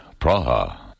Praha